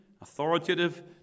authoritative